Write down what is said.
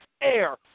air